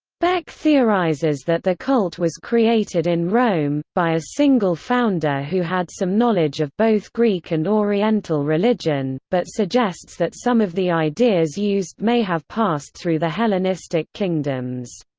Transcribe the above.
beck theorizes that the cult was created in rome, by a single founder who had some knowledge of both greek and oriental religion, but suggests that some of the ideas used may have passed through the hellenistic hellenistic kingdoms.